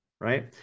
right